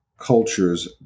cultures